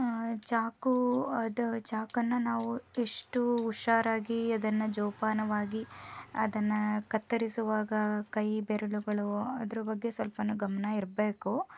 ಚಾಕು ಅದು ಚಾಕನ್ನು ನಾವು ಎಷ್ಟು ಹುಷಾರಾಗಿ ಅದನ್ನು ಜೋಪಾನವಾಗಿ ಅದನ್ನು ಕತ್ತರಿಸುವಾಗ ಕೈ ಬೆರಳುಗಳು ಅದರ ಬಗ್ಗೆ ಸ್ವಲ್ಪವು ಗಮನ ಇರಬೇಕು